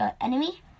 enemy